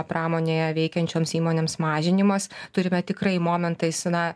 pramonėje veikiančioms įmonėms mažinimas turime tikrai momentais na